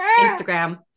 instagram